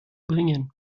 bringen